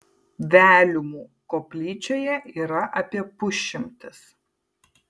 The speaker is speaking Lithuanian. veliumų koplyčioje yra apie pusšimtis